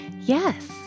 Yes